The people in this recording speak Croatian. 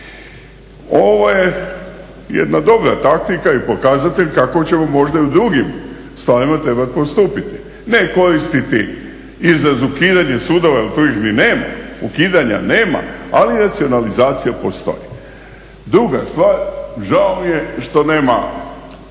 Ovo je jedna dobra taktika i pokazatelj kako ćemo možda i u drugim stvarima trebati postupiti. No koristiti izraz ukidanje sudova jer tu ih ni nema, ukidanja nema ali racionalizacija postoji. Druga stvar, žao mi je što nema